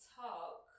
talk